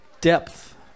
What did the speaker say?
depth